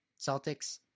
Celtics